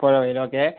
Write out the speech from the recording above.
പോയാൽ മതിയല്ലേ ഓക്കെ